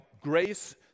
grace